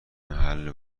محل